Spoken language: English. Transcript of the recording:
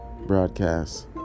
broadcast